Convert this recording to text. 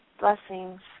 Blessings